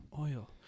Oil